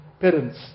parents